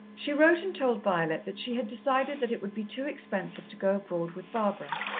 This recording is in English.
she wrote and told violet that she had decided that it would be too expensive to go abroad with barbara.